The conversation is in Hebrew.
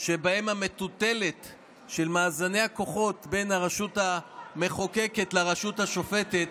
שבהם המטוטלת של מאזני הכוחות בין הרשות המחוקקת לרשות השופטת,